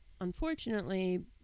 unfortunately